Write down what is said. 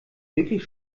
wirklich